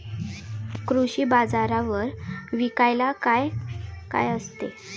कृषी बाजारावर विकायला काय काय असते?